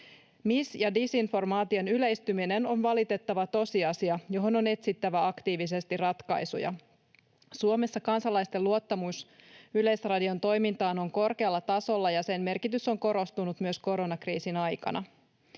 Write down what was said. Mis- ja disinformaation yleistyminen on valitettava tosiasia, johon on etsittävä aktiivisesti ratkaisuja. Suomessa kansalaisten luottamus Yleisradion toimintaan on korkealla tasolla, ja sen merkitys on korostunut myös koronakriisin aikana.